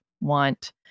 want